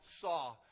saw